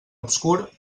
obscur